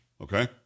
okay